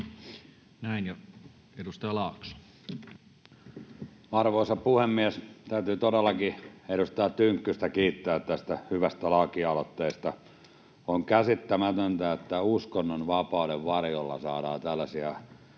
Time: 15:21 Content: Arvoisa puhemies! Täytyy todellakin edustaja Tynkkystä kiittää tästä hyvästä lakialoitteesta. On käsittämätöntä, että uskonnonvapauden varjolla saadaan tällaisia